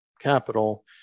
capital